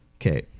Okay